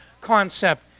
concept